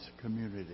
community